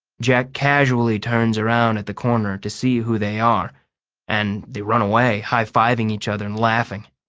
jack casually turns around at the corner to see who they are and they run away, high-fiving each other and laughing.